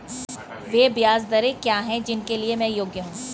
वे ब्याज दरें क्या हैं जिनके लिए मैं योग्य हूँ?